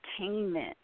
entertainment